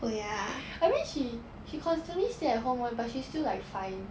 I mean she she constantly stay at home [one] but she's still like fine